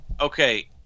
Okay